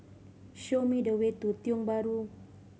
show me the way to Tiong Bahru